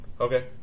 Okay